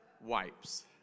wipes